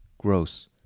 Gross